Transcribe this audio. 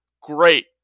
great